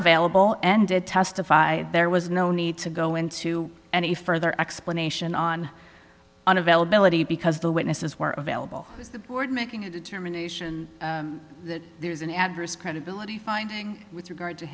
available and did testify there was no need to go into any further explanation on an availability because the witnesses were available is the board making a determination that there is an adverse credibility finding with regard to